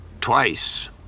Twice